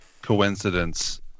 coincidence